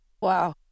Wow